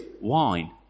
wine